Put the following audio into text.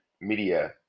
media